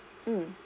mm